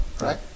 right